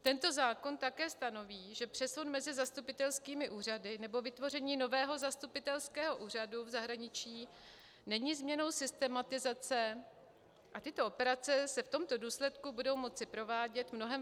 Tento zákon také stanoví, že přesun mezi zastupitelskými úřady nebo vytvoření nového zastupitelského úřadu v zahraničí není změnou systematizace a tyto operace se v tomto důsledku budou moci provádět mnohem flexibilněji.